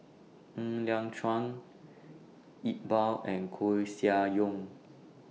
Ng Liang Chiang Iqbal and Koeh Sia Yong